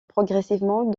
progressivement